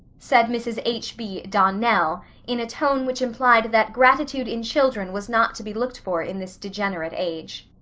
said mrs. h. b. donnell, in a tone which implied that gratitude in children was not to be looked for in this degenerate age.